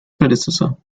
predecessor